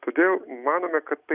todėl manome kad tai